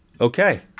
Okay